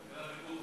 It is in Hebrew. קלקלה.